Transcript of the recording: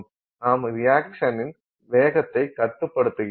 நாம் ரியாக்சனின் வேகத்தைக் கட்டுபடுத்துகிறோம்